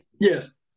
Yes